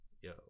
Yo